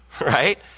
right